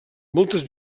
moltes